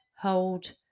hold